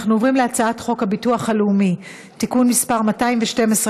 אנחנו עוברים להצעת חוק הביטוח הלאומי (תיקון מס' 212),